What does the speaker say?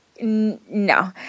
No